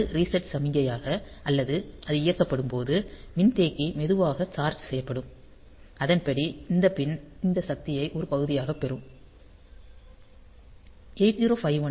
அது ரீசெட் சமிக்ஞையாக அல்லது அது இயக்கப்படும் போது மின்தேக்கி மெதுவாக சார்ஜ் செய்யப்படுகிறது அதன்படி இந்த பின் இந்த சக்தியை ஒரு பகுதியாகப் பெறுகிறோம்